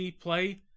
play